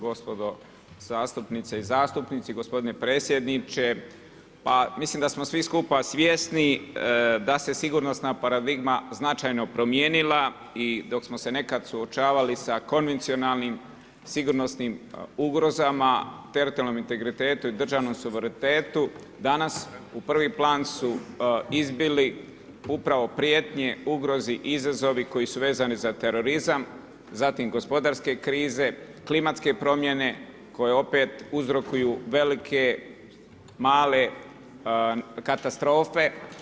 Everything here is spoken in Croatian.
Gospodo zastupnice i zastupnici, gospodine predsjedniče, pa mislim da smo svi skupa svjesni da se sigurnosna paradigma značajno promijenila i dok smo se nekad suočavali sa konvencionalnim sigurnosnim ugrozama, teritorijalnom integritetu i državnom suverenitetu danas u prvi plan su izbili upravo prijetnje ugrozi izazovi koji su vezani za terorizam, zatim gospodarske krize, klimatske promjene koje opet uzrokuju velike, male katastrofe.